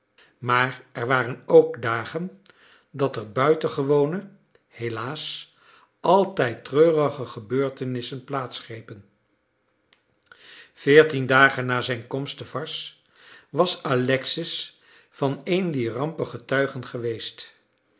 maar er waren ook dagen dat er buitengewone helaas altijd treurige gebeurtenissen plaats grepen veertien dagen na zijne komst te varses was alexis van een dier rampen getuige geweest